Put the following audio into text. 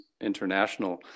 international